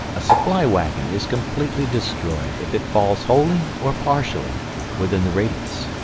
a supply waggon is completely destroyed if it falls wholly or partially within the radius.